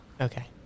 Okay